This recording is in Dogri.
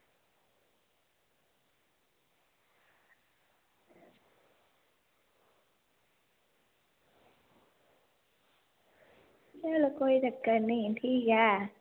चलो कोई चक्कर निं ठीक ऐ